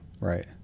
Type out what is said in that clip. right